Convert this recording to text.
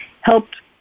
helped